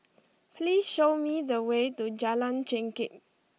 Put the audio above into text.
please show me the way to Jalan Chengkek